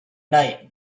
night